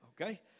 okay